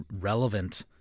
relevant